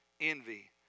envy